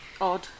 odd